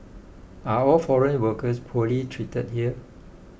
are all foreign workers poorly treated here